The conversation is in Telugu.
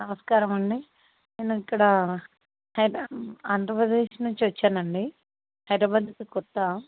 నమస్కారం అండి నేను ఇక్కడ హైడ్రా ఆంధ్రప్రదేశ్ నుంచి వచ్చాబు అండి హైదరాబాద్కు కొత్త